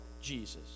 Jesus